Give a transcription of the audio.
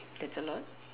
that's a lot